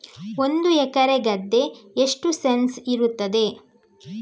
ಒಂದು ಎಕರೆ ಗದ್ದೆ ಎಷ್ಟು ಸೆಂಟ್ಸ್ ಇರುತ್ತದೆ?